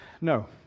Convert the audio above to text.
No